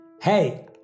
Hey